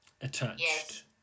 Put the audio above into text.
attached